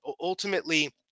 ultimately